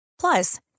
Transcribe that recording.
Plus